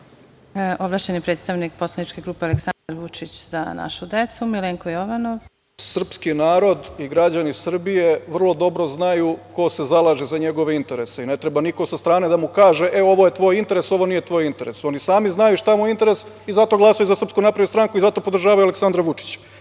Ovlašćeni predstavnik poslaničke grupe Aleksandar Vučić - Za našu decu, Milenko Jovanov. **Milenko Jovanov** Srpski narod i građani Srbije vrlo dobro znaju ko se zalaže za njegove interese i ne treba niko sa strane da mu kaže - e, ovo je tvoj interes, ovo nije tvoj interes. Oni sami znaju šta je interes i zato glasaju za SNS i zato podržavaju Aleksandra Vučića.